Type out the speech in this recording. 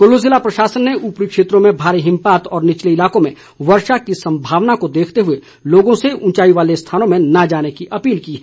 कुल्लू जिला प्रशासन ने उपरी क्षेत्रों में भारी हिमपात व निचले इलाकों में वर्षा की संभावना को देखते हुए लोगों से उंचाई वाले स्थानों में न जाने की अपील की है